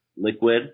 liquid